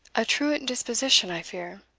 a truant disposition, i fear.